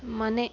ಮನೆ